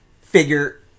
figure